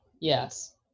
yes